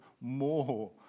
more